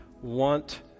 want